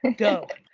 and go,